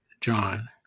John